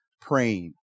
praying